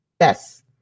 Yes